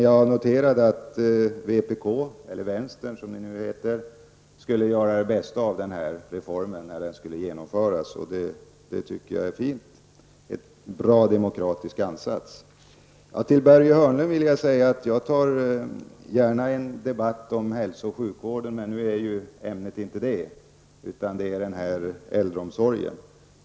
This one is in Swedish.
Jag noterade dock att vänstern skulle göra bästa möjliga av denna reform när den skulle genomföras. Det tycker jag är en bra demokratisk ansats. Till Börje Hörnlund vill jag säga att jag gärna tar en debatt om hälso och sjukvården, men nu är detta inte ämnet, utan äldreomsorgen.